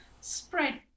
spread